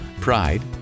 Pride